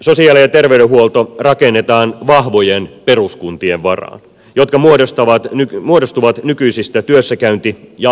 sosiaali ja terveydenhuolto rakennetaan vahvojen peruskuntien varaan jotka muodostuvat nykyisistä työssäkäynti ja asiointialueista